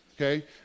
okay